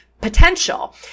potential